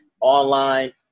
online